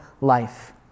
life